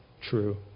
true